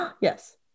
Yes